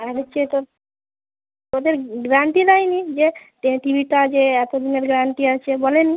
আর হচ্ছে তোর তোদের গ্যারান্টি দেয়নি যে টে টিভিটা যে এতো দিনের গ্যারান্টি আছে বলেনি